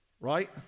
right